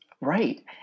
Right